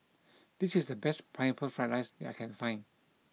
this is the best Pineapple Fried Rice that I can find